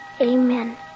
amen